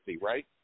right